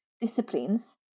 disciplines